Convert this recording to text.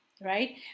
right